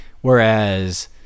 whereas